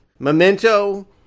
Memento